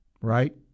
right